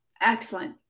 Excellent